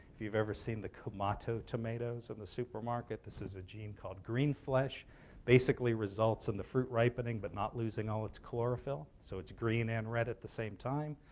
if you've ever seen the kumato tomatoes in the supermarket, this is a gene called green flesh basically results in the fruit ripening, but not losing all its chlorophyll. so it's green and red at the same time,